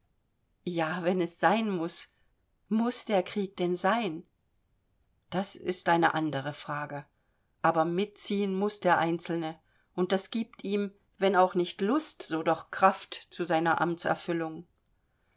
ja wenn es sein muß muß der krieg denn sein das ist eine andere frage aber mitziehen muß der einzelne und das giebt ihm wenn auch nicht lust so doch kraft zu seiner